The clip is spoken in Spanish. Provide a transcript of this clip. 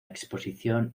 exposición